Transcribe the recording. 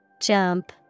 Jump